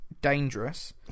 Dangerous